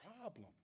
problem